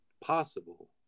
possible